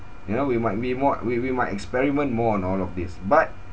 you know we might be more we we might experiment more and all of this but